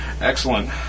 Excellent